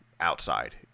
outside